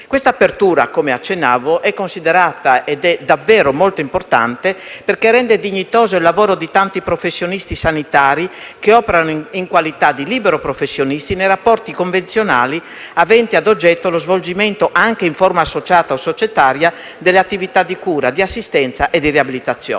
Questa apertura, come accennavo, è considerata molto importante - e lo è davvero - perché rende dignitoso il lavoro di tanti professionisti sanitari che operano in qualità di liberi professionisti nei rapporti convenzionali aventi ad oggetto lo svolgimento, anche in forma associata o societaria, delle attività di cura, di assistenza e di riabilitazione.